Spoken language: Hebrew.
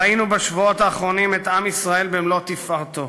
ראינו בשבועות האחרונים את עם ישראל במלוא תפארתו.